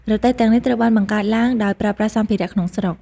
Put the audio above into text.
រទេះទាំងនេះ ត្រូវបានបង្កើតឡើងដោយប្រើប្រាស់សម្ភារៈក្នុងស្រុក។